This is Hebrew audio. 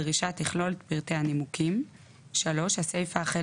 הדרישה תכלול את פרטי הנימוקים."; הסיפה החל